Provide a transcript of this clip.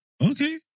Okay